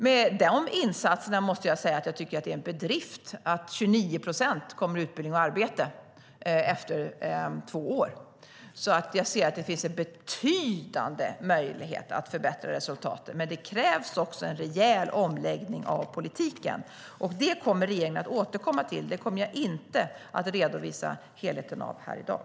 Med de insatserna måste jag säga att det är en bedrift att 29 procent kommer i utbildning och arbete efter två år. Jag ser alltså att det finns betydande möjligheter att förbättra resultaten, men det krävs en rejäl omläggning av politiken. Det kommer regeringen att återkomma till. Det kommer jag inte att redovisa helheten av här i dag.